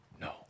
No